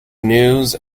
news